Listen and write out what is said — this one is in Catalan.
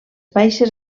baixes